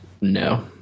No